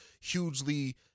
hugely